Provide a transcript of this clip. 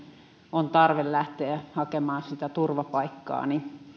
on tarve lähteä hakemaan turvapaikkaa